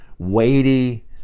weighty